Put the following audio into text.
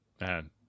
Man